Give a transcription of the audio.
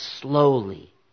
slowly